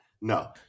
No